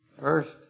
First